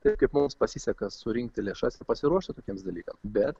taip kaip mums pasiseka surinkti lėšas ir pasiruošti tokiem dalykam bet